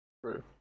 True